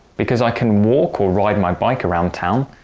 because i can walk or ride my bike around town,